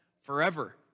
forever